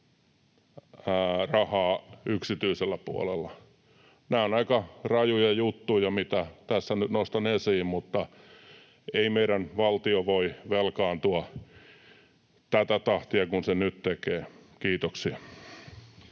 rahaa yksityisellä puolella. Nämä ovat aika rajuja juttuja, mitä tässä nyt nostan esiin, mutta ei meidän valtio voi velkaantua tätä tahtia kuin se nyt tekee. — Kiitoksia.